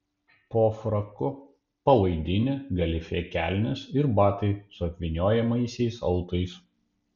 po fraku palaidinė galifė kelnės ir batai su apvyniojamaisiais autais